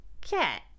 cat